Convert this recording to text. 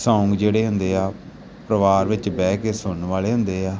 song ਜਿਹੜੇ ਹੁੰਦੇ ਆ ਪਰਿਵਾਰ ਵਿੱਚ ਬਹਿ ਕੇ ਸੁਣਨ ਵਾਲੇ ਹੁੰਦੇ ਆ